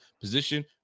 position